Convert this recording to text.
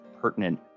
pertinent